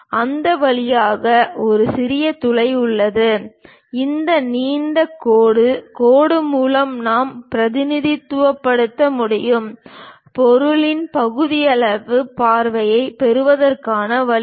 அந்த வழியாக ஒரு சிறிய துளை உள்ளது இந்த நீண்ட கோடு கோடு மூலம் நாம் பிரதிநிதித்துவப்படுத்த முடியும் பொருளின் பகுதியளவு பார்வையைப் பெறுவதற்கான வழி இது